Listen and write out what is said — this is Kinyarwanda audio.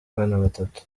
batatu